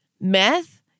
meth